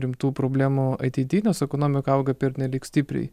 rimtų problemų ateity nes ekonomika auga pernelyg stipriai